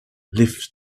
lifted